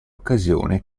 occasione